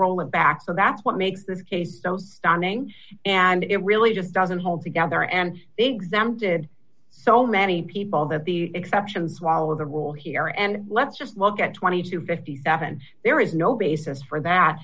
roll it back so that's what makes this case so stunning and it really just doesn't hold together and exempted so many people that the exceptions swallow the rule here and let's just look at twenty to fifty seven there is no base as for that